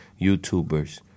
YouTubers